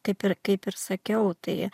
kaip ir kaip ir sakiau tai